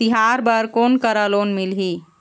तिहार बर कोन करा लोन मिलही?